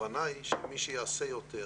הכוונה היא שמי שיעשה יותר,